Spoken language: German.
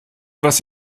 was